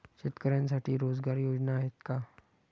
शेतकऱ्यांसाठी रोजगार योजना आहेत का?